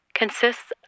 consists